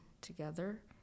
together